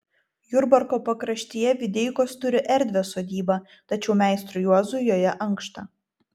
jurbarko pakraštyje videikos turi erdvią sodybą tačiau meistrui juozui joje ankšta